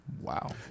wow